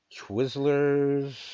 Twizzlers